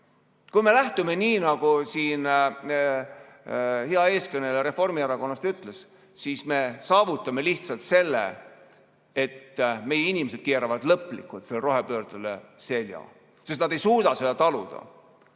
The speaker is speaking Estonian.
Kui me lähtume sellest, mida siin hea eelkõneleja Reformierakonnast ütles, siis me saavutame lihtsalt selle, et meie inimesed keeravad lõplikult rohepöördele selja, sest nad ei suuda seda taluda.